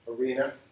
arena